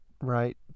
right